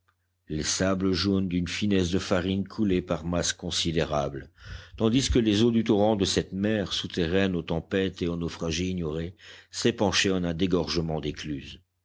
les sables jaunes d'une finesse de farine coulaient par masses considérables tandis que les eaux du torrent de cette mer souterraine aux tempêtes et aux naufrages ignorés s'épanchaient en un dégorgement d'écluse